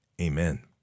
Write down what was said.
amen